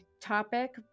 topic